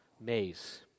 maze